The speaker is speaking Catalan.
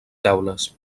teules